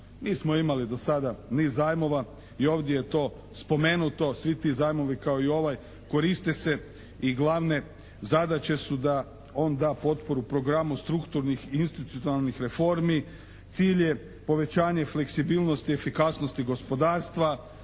Mi smo imali do sada niz zajmova i ovdje je to spomenuto, svi ti zajmovi kao i ovaj koriste se i glavne zadaće su da on da potporu programu strukturnih i institucionalnih reformi. Cilj je povećanje fleksibilnosti i efikasnosti gospodarstva.